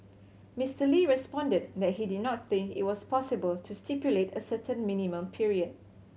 Mister Lee responded that he did not think it was possible to stipulate a certain minimum period